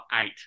eight